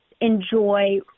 enjoy